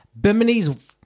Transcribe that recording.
Bimini's